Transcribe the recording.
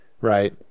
Right